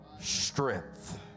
strength